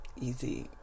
easy